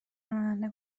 راننده